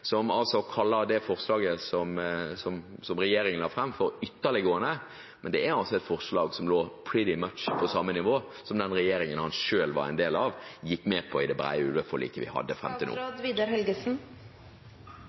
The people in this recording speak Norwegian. som kaller det forslaget som regjeringen har fremmet, ytterliggående. Men det er altså et forslag som ligger «pretty much» på samme nivå som det regjeringen han selv var en del av, gikk med på i det brede ulveforliket vi har hatt fram til nå.